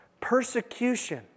Persecution